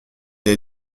est